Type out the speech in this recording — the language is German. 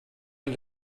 ein